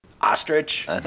Ostrich